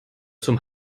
zum